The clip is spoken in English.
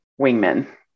wingman